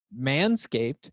manscaped